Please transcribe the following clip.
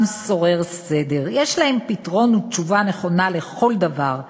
שורר סדר / יש להם פתרון ותשובה נכונה לכל דבר.